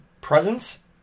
presence